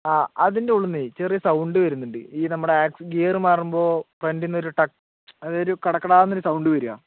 ആ അതിൻ്റെ ഉള്ളിൽ നിന്ന് ചെറിയ സൗണ്ട് വരുന്നുണ്ട് ഈ നമ്മുടെ ഗിയർ മാറുമ്പോൾ ഫ്രണ്ടിൽ നിന്നൊരു ഒരു കടകട എന്നൊരു സൗണ്ട് വരുക